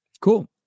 Cool